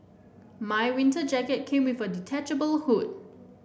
my winter jacket came with a detachable hood